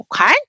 okay